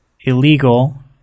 illegal